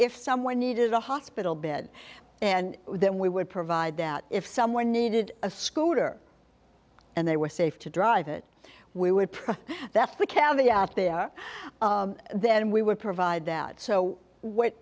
if someone needed a hospital bed and then we would provide that if someone needed a scooter and they were safe to drive it we would prefer that the cab the out there then we would provide that so what